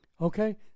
Okay